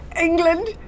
England